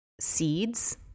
seeds